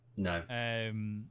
No